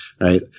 right